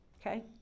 Okay